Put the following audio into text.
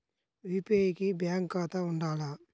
UPI కి bank ఖాతా ఉండాల?